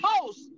post